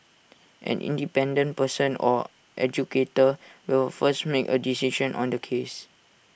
an independent person or adjudicator will first make A decision on the case